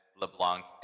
LeBlanc